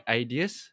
ideas